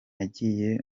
nagiye